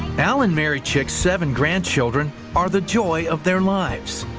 al and marry chick's seven grandchildren are the joy of their lives.